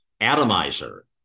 Atomizer